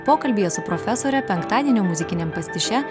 pokalbyje su profesore penktadienio muzikiniam pastiše